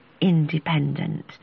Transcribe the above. independent